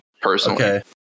personally